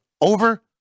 over